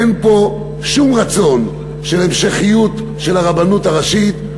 אין פה שום רצון של המשכיות של הרבנות הראשית.